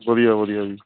ਵਧੀਆ ਵਧੀਆ ਜੀ